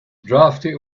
drafty